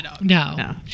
No